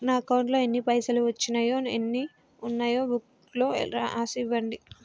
నా అకౌంట్లో ఎన్ని పైసలు వచ్చినాయో ఎన్ని ఉన్నాయో బుక్ లో రాసి ఇవ్వండి?